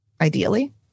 ideally